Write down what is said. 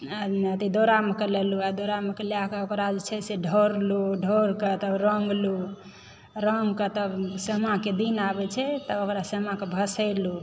अयँ दौड़ामे कए लेलहुँ दौड़ामे कए लए कऽ ओकरा जे छै से ढ़ोरलहुँ ढ़ोरिकऽ तब रङ्गलहुँ रङ्गिके तब सामाके दिन आबै छै तऽ ओकरा सामाके भसेलहुँ